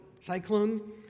cyclone